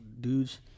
dudes